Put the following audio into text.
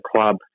club